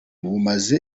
bumaze